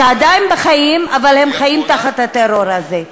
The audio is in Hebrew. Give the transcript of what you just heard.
שעדיין בחיים אבל הן חיות תחת הטרור הזה.